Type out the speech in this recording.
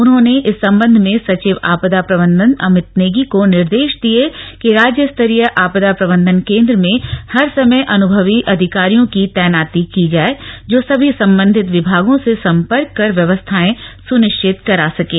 उन्होंने इस सम्बंध में सचिव आपदा प्रबन्धन अमित नेगी को निर्देश दिये कि राज्य स्तरीय आपदा प्रबन्धन केन्द्र में हर समय अनुभवी अधिकारियों की तैनाती की जाय जो सभी सम्बंधित विभागों से सम्पर्क कर व्यवस्थायें सुनिश्चित करा सकें